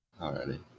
Alrighty